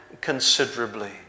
considerably